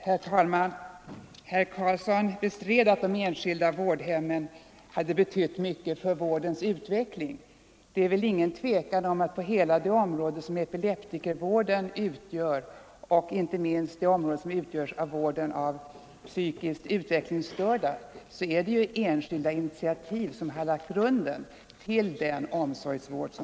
Herr talman! Herr Karlsson i Huskvarna bestred att de enskilda vårdhemmen har betytt mycket för vårdens utveckling. Det är väl inget tvivel om att det är enskilda initiativ som lagt grunden till den vård som vi i dag har när det gäller epileptiker och inte minst psykiskt utvecklingsstörda.